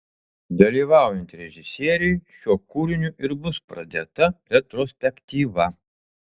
dalyvaujant režisieriui šiuo kūriniu ir bus pradėta retrospektyva